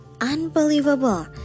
unbelievable